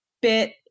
bit